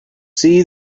see